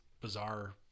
bizarre